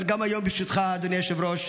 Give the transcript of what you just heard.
אבל היום, ברשותך, אדוני היושב-ראש,